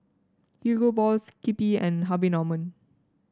Hugo Boss Skippy and Harvey Norman